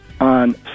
on